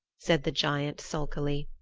said the giant sulkily.